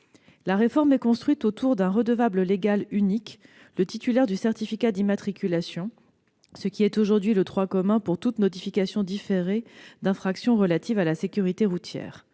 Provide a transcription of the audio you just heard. La réforme est construite autour d'un redevable légal unique, le titulaire du certificat d'immatriculation, ce qui est aujourd'hui le droit commun pour toute notification différée d'infraction relative à la sécurité routière.